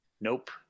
nope